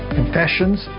Confessions